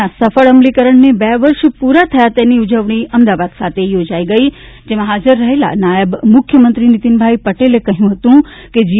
ના સફળ અમલીકરણને બે વર્ષ પુરા થયા તેની ઉજવણી અમદાવાદ ખાતે યોજાઇ ગઇ જેમાં હાજર રહેલા નાયબ મુખ્યમંત્રી નિતિનભાઇ પટેલે કહ્યું હતું કે જી